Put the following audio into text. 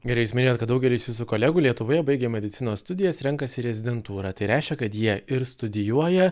gerai jūs minėjot kad daugelis jūsų kolegų lietuvoje baigė medicinos studijas renkasi rezidentūrą tai reiškia kad jie ir studijuoja